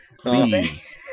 Please